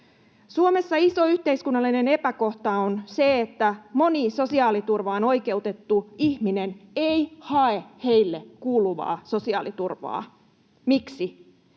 Suomessa iso yhteiskunnallinen epäkohta on se, että moni sosiaaliturvaan oikeutettu ihminen ei hae heille kuuluvaa sosiaaliturvaa. Miksi?